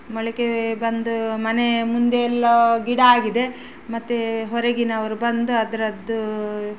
ಮೊಳಕೆ ಬಂದು ಮನೆಯ ಮುಂದೆಲ್ಲ ಗಿಡ ಆಗಿದೆ ಮತ್ತೆ ಹೊರಗಿನವ್ರು ಬಂದು ಅದರದ್ದೂ